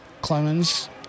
Clemens